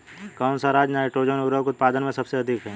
कौन सा राज नाइट्रोजन उर्वरक उत्पादन में सबसे अधिक है?